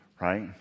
right